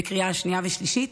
בקריאה שנייה ושלישית,